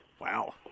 Wow